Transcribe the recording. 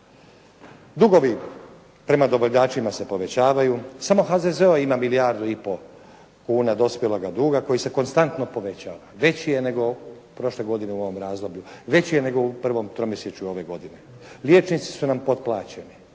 Dugovi prema dobavljačima se povećavaju. Samo HZZO-a ima milijardu i pol kuna dospjeloga duga koji se konstantno povećava, veći je nego prošle godine u ovom razdoblju, veći je nego u prvom tromjesečju ove godine. Liječnici su nam potplaćeni.